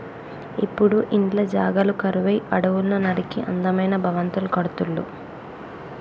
ఇప్పుడు ఇండ్ల జాగలు కరువై అడవుల్ని నరికి అందమైన భవంతులు కడుతుళ్ళు